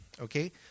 Okay